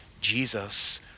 Jesus